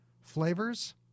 flavors